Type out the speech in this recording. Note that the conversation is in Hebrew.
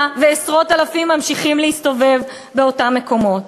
ועשרות אלפים ממשיכים להסתובב באותם מקומות.